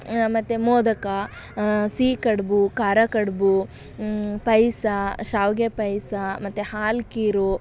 ಮತ್ತು ಮೋದಕ ಸಿಹಿ ಕಡುಬು ಖಾರ ಕಡುಬು ಪಾಯ್ಸ ಶಾವಿಗೆ ಪಾಯ್ಸ ಮತ್ತು ಹಾಲು ಖೀರು